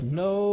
no